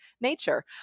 nature